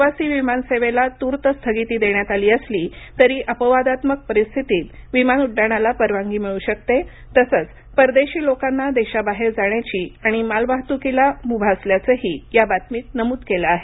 प्रवासी विमान सेवेला तूर्त स्थगिती देण्यात आली असली तरी अपवादात्मक परिस्थितीत विमान उड्डाणाला परवानगी मिळू शकते तसंच परदेशी लोकांना देशाबाहेर जाण्याची आणि मालवाहतुकीला मुभा असल्याचंही या बातमीत नमूद केलं आहे